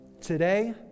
Today